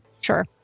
Sure